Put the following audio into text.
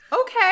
Okay